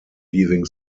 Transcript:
leaving